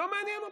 לא מעניין אותם,